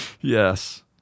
Yes